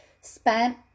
spent